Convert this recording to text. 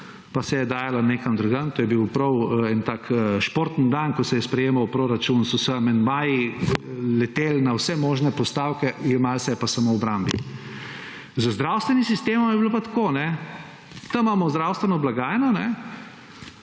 pa se je dajalo nekam drugam, to je bil prav en tak športni dan, ko se je sprejemal proračun, so se amandmaji leteli na vse možne postavke, jemalo se je pa samo obrambi. Z zdravstvenim sistemom je bilo pa tako. Tam imamo zdravstveno blagajno,